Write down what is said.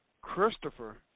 Christopher